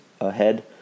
ahead